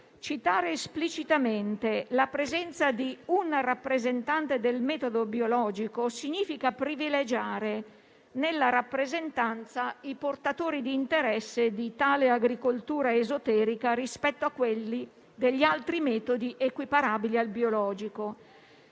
citare esplicitamente la presenza di un rappresentante del metodo biodinamico significa privilegiare nella rappresentanza i portatori di interesse di tale agricoltura esoterica rispetto a quelli degli altri metodi equiparabili al biologico.